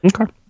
Okay